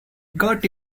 got